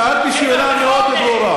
שאלתי שאלה מאוד ברורה.